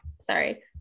Sorry